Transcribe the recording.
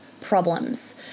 problems